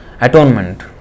atonement